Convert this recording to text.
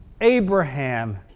Abraham